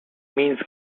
means